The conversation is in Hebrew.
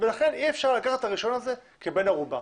לכן אי אפשר לקחת את הרישיון הזה כבן ערובה.